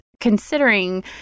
Considering